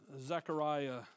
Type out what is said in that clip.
Zechariah